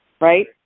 right